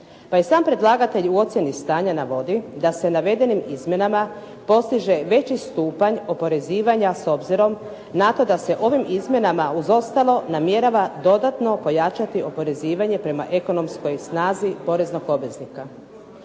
Pa je sam predlagatelj u ocjeni stanja navodi da se navedenim izmjenama postiže veći stupanj oporezivanja s obzirom na to da se ovim izmjenama uz ostalo namjerava dodatno pojačati oporezivanje prema ekonomskoj snazi poreznog obveznika,